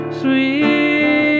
sweet